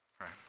right